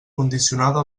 condicionada